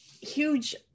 huge